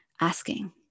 asking